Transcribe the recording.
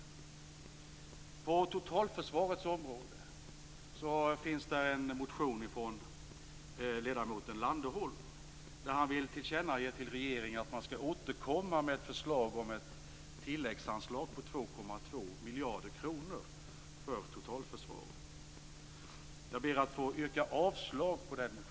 På totalförsvarets område finns det en motion från ledamoten Landerholm, som vill ha ett tillkännagivande till regeringen att den skall återkomma med ett förslag om ett tilläggsanslag på 2,2 miljarder kronor för totalförsvaret. Jag ber att få yrka avslag på den motionen.